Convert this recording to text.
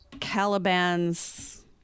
Caliban's